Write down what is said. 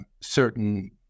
certain